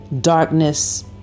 darkness